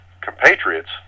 compatriots